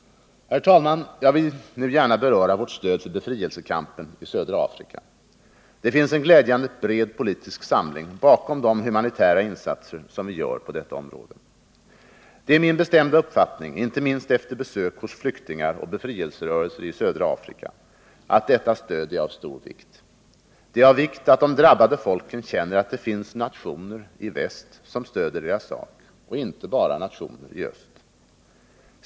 Herr talman! Jag vill nu gärna beröra vårt stöd för befrielsekampen i södra Afrika. Det finns en glädjande bred politisk samling bakom de humanitära insatser som vi gör på detta område. Det är min bestämda uppfattning — inte minst efter besök hos flyktingar och befrielserörelser i södra Afrika — att detta stöd är av stor vikt. Det är av vikt att de drabbade folken känner att det finns nationer i väst som stöder deras sak — och inte bara nationer i öst.